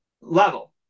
level